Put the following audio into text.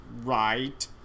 right